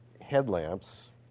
headlamps